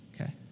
Okay